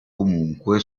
comunque